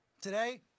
Today